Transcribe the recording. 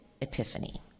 epiphany